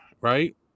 right